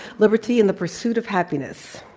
liberty, and the pursuit of happiness.